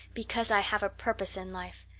because i have a purpose in life.